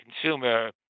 consumer